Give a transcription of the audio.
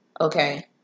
okay